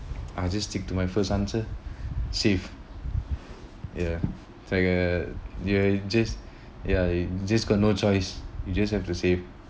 I just stick to my first answer save ya like a you just ya you just got no choice you just have to save